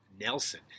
Nelson